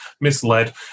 misled